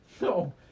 No